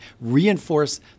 reinforce